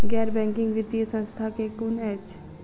गैर बैंकिंग वित्तीय संस्था केँ कुन अछि?